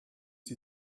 die